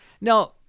Now